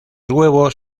huevos